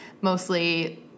mostly